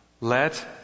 let